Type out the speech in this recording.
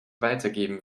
weitergeben